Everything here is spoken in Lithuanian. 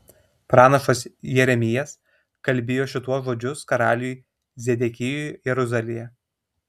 pranašas jeremijas kalbėjo šituos žodžius karaliui zedekijui jeruzalėje